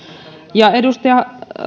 edustaja